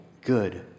good